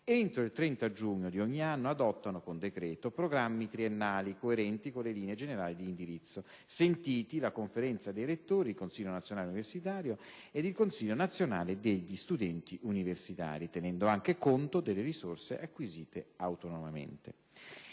entro il 30 giugno dì ogni anno adottano, con decreto, programmi triennali coerenti con le linee generali di indirizzo, sentiti la Conferenza dei rettori, il Consiglio nazionale universitario ed il Consiglio nazionale degli studenti universitari, tenendo anche conto delle risorse acquisite autonomamente.